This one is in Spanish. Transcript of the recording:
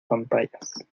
pantallas